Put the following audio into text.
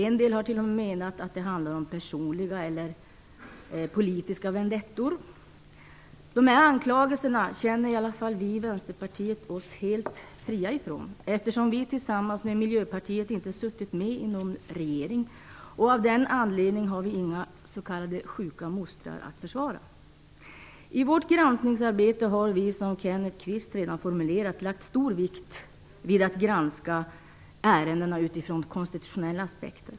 En del har t.o.m. menat att det handlar om personliga eller politiska vendettor. Vi i Vänsterpartiet känner oss helt fria från dessa anklagelser, eftersom vi, liksom Miljöpartiet, inte har suttit med i någon regering och av den anledningen inte har några s.k. sjuka mostrar att försvara. I vårt granskningsarbete har vi, som Kenneth Kvist redan har framfört, lagt stor vikt vid att granska ärendena utifrån konstitutionella aspekter.